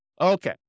Okay